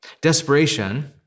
Desperation